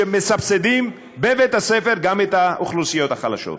מסבסדים בבית-הספר גם את האוכלוסיות החלשות.